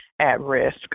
at-risk